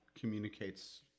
communicates